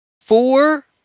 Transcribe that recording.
Four